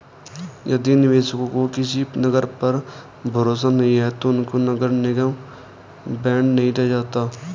यदि निवेशकों को किसी नगर पर भरोसा नहीं है तो उनको नगर निगम बॉन्ड नहीं दिया जाता है